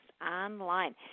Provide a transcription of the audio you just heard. online